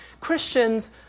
Christians